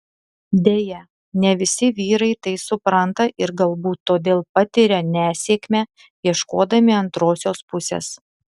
deja ne visi vyrai tai supranta ir galbūt todėl patiria nesėkmę ieškodami antrosios pusės